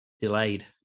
delayed